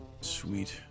Sweet